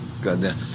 Goddamn